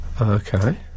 Okay